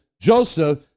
Joseph